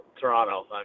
Toronto